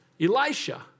Elisha